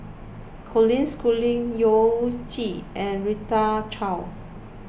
Colin Schooling Yao Zi and Rita Chao